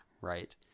Right